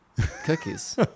cookies